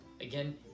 Again